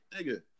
nigga